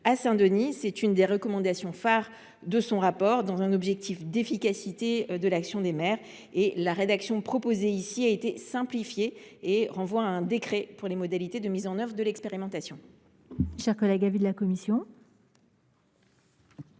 à Saint Denis cette recommandation phare de son rapport, dans un objectif d’efficacité de l’action des maires. La rédaction proposée ici a été simplifiée et renvoie à un décret les modalités de mise en œuvre de l’expérimentation.